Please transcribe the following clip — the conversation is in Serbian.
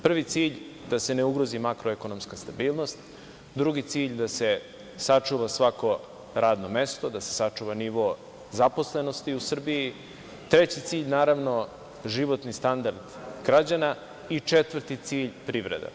Prvi cilj da se ne ugrozi makroekonomska stabilnost, drugi cilj da se sačuva svako radno mesto, da se sačuva nivo zaposlenosti u Srbiji, treći cilj, naravno, životni standard građana i četvrti cilj, privreda.